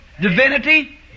divinity